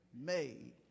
made